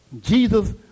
Jesus